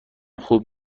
خوب